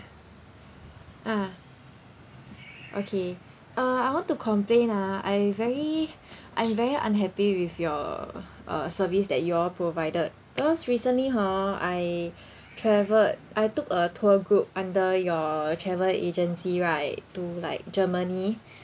ah okay uh I want to complain ah I'm very I'm very unhappy with your uh service that you all provided us recently hor I traveled I took a tour group under your travel agency right to like germany